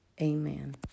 amen